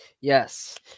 yes